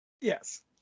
Yes